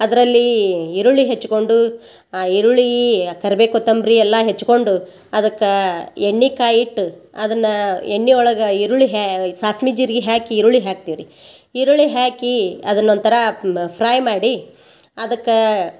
ಅದರಲ್ಲಿ ಈರುಳ್ಳಿ ಹೆಚ್ಕೊಂಡು ಆ ಈರುಳ್ಳಿ ಆ ಕರ್ಬೆ ಕೋತಂಬರಿ ಎಲ್ಲ ಹೆಚ್ಕೊಂಡು ಅದಕ್ಕ ಎಣ್ಣೆ ಕಾಯಿಟ್ಟು ಅದನ್ನ ಎಣ್ಣೆ ಒಳಗೆ ಈರುಳ್ಳಿ ಹ್ಯಾ ಸಾಸ್ಮಿ ಜೀರ್ಗಿ ಹ್ಯಾಕಿ ಈರುಳ್ಳಿ ಹ್ಯಾಕ್ತೀವಿ ರೀ ಈರುಳ್ಳಿ ಹ್ಯಾಕಿ ಅದನ್ನೊಂಥರ ಫ್ರೈ ಮಾಡಿ ಅದಕ್ಕ